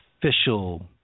official